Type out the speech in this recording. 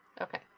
Okay